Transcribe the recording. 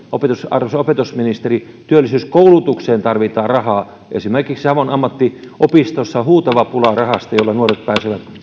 arvoisa opetusministeri työllisyyskoulutukseen tarvitaan rahaa esimerkiksi savon ammattiopistossa on huutava pula rahasta jolla nuoret pääsevät